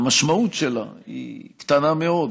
המשמעות שלה קטנה מאוד,